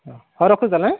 ହଁ ହେଉ ରଖୁଛି ତା'ହେଲେ